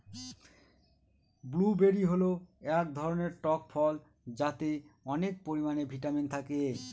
blueberry হল এক ধরনের টক ফল যাতে অনেক পরিমানে ভিটামিন থাকে